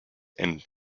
and